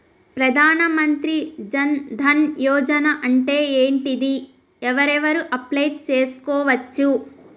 ప్రధాన మంత్రి జన్ ధన్ యోజన అంటే ఏంటిది? ఎవరెవరు అప్లయ్ చేస్కోవచ్చు?